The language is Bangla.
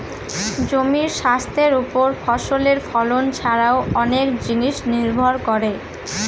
জমির স্বাস্থ্যের ওপর ফসলের ফলন ছারাও অনেক জিনিস নির্ভর করে